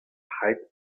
height